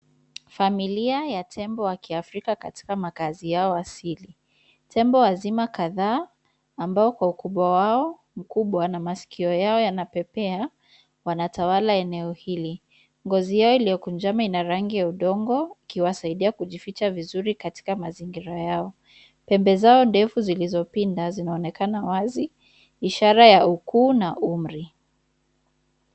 Familia ya tembo wa kiafrika katika makazi yao asili. Tembo wazima kadhaa ,ambao kwa ukubwa wao mkubwa na masikio yao yanapepea wanatawala eneo hili. Ngozi yao iliokunjama ina rangi ya udongo ikiwasaidia kujificha vizuri katika mazingira yao. Pembe zao ndefu zilizopinda zinaonekana wazi, ishara ya ukuu na umri.